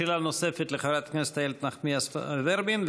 שאלה נוספת לחברת הכנסת איילת נחמיאס ורבין,